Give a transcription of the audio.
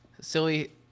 silly